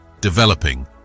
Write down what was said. developing